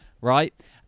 right